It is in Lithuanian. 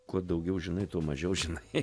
kuo daugiau žinai tuo mažiau žinai